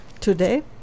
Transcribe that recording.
today